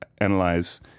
analyze